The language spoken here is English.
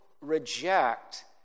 reject